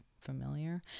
familiar